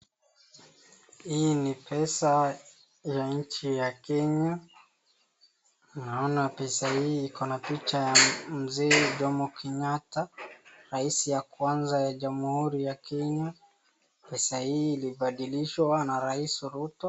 Hii ni pesa ya nchi ya Kenya. Naona pesa hii ikona picha ya Mzee Jomo Kenyatta, raisi ya kwanza ya jamhuri ya Kenya. Pesa hii ilibandilishwa na raisi Ruto.